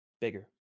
bigger